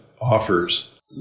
offers